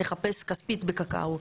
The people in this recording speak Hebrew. לחפש כספית בקקאו,